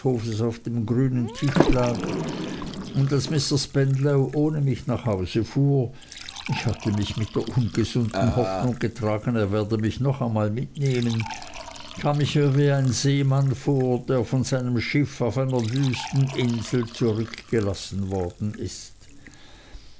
auf dem grünen tisch lag und als mr spenlow ohne mich nach hause fuhr ich hatte mich mit der ungesunden hoffnung getragen er werde mich noch einmal mitnehmen kam ich mir wie ein seemann vor der von seinem schiff auf einer wüsten insel zurückgelassen worden ist